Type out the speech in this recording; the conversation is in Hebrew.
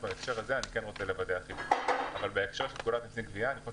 בהקשר של פקודת המסים (גבייה) אני חושב